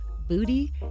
booty